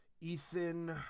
Ethan